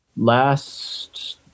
last